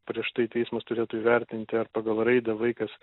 prieš tai teismas turėtų įvertinti ar pagal raidą vaikas